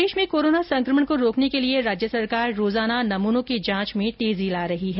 प्रदेश में कोरोना संकमण को रोकने के लिए राज्य सरकार प्रतिदिन नमूनों की जांच में तेजी ला रही है